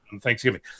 Thanksgiving